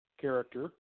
character